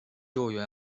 救援